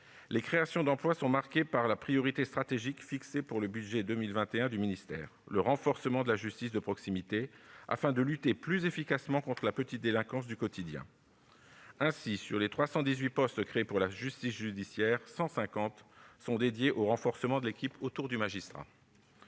Les créations d'emploi sont marquées par la priorité stratégique fixée pour le budget pour 2021 du ministère : le renforcement de la justice de proximité, destiné à lutter plus efficacement contre la petite délinquance du quotidien. Ainsi, sur les 318 postes créés pour la justice judiciaire, 150 seront affectés au renforcement de l'équipe autour du magistrat.